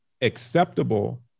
acceptable